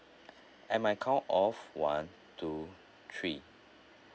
at my count of one two three